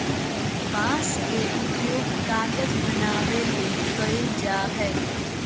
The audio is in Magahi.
बांस के उपयोग कागज बनावे ले कइल जाय हइ